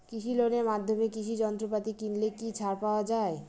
কৃষি লোনের মাধ্যমে কৃষি যন্ত্রপাতি কিনলে কি ছাড় পাওয়া যায়?